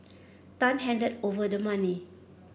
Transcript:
tan handed over the money